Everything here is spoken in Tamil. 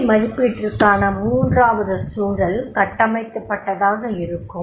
வேலை மதிப்பீட்டிற்கான மூன்றாவது சூழல் கட்டமைக்கப்பட்டதாக இருக்கும்